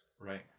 Right